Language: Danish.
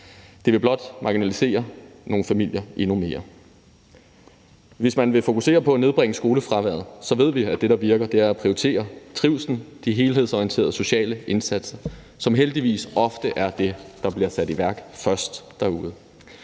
det vil blot marginalisere nogle familier endnu mere. Hvis man vil fokusere på at nedbringe skolefraværet, så ved vi, at det, der virker, er at prioritere trivslen og de helhedsorienterede sociale indsatser, som heldigvis også ofte er det, der først bliver sat i værk derude.